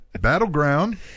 battleground